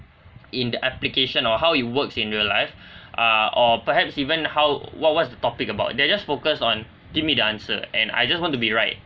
in the application or how it works in real life ah or perhaps even how what what's the topic about they're just focus on give me the answer and I just want to be right